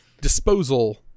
disposal